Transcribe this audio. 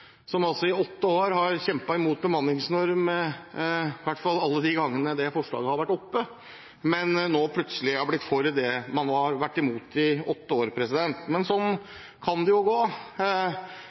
som altså i åtte år har kjempet imot bemanningsnorm – i hvert fall alle de gangene det forslaget har vært oppe – men nå plutselig har blitt for det man har vært imot i åtte år. Men sånn kan det jo gå.